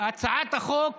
הצעת החוק